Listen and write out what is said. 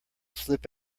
slip